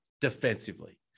defensively